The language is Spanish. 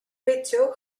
pecho